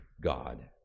God